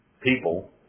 people